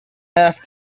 have